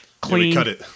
clean